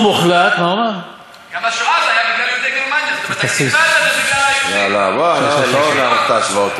וכל בלבולי המוח הפוליטיים, שבאים מזווית